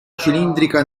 cilindrica